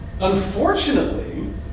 Unfortunately